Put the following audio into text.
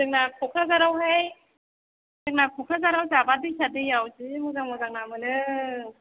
जोंना क'क्राझारआवहाय जोंना क'क्राझार दाबा दैसा दैआव जि मोजां मोजां ना मोनो